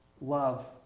love